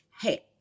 hey